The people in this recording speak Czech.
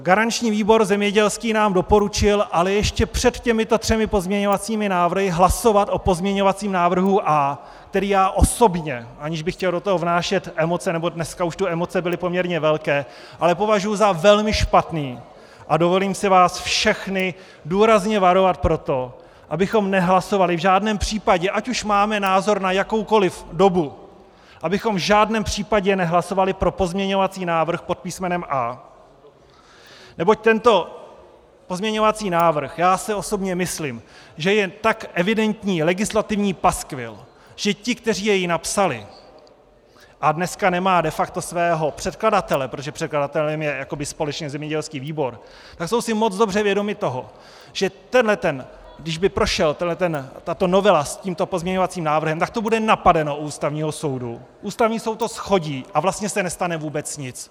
Garanční výbor zemědělský nám doporučil ale ještě před těmito třemi pozměňovacími návrhy hlasovat o pozměňovacím návrhu A, který ale já osobně aniž bych chtěl do toho vnášet emoce, neboť dneska už tu emoce byly poměrně velké považuji za velmi špatný, a dovolím si vás všechny důrazně varovat, abychom nehlasovali v žádném případě, ať už máme názor na jakoukoli dobu, pro pozměňovací návrh pod písmenem A, neboť tento pozměňovací návrh, já si osobně myslím, je tak evidentní legislativní paskvil, že ti, kteří jej napsali a dneska nemá de facto svého předkladatele, protože předkladatelem je společně zemědělský výbor jsou si moc dobře vědomi toho, že kdyby prošla tato novela s tímto pozměňovacím návrhem, tak to bude napadeno u Ústavního soudu, Ústavní soud to shodí a vlastně se nestane vůbec nic.